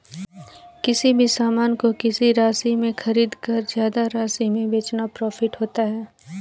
किसी भी सामान को किसी राशि में खरीदकर ज्यादा राशि में बेचना प्रॉफिट होता है